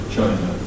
China